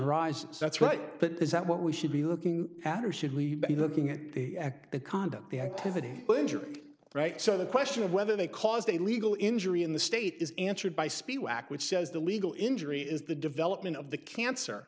arises that's right but is that what we should be looking at or should we be looking at the act the conduct the activity the injury right so the question of whether they caused a legal injury in the state is answered by spiel act which says the legal injury is the development of the cancer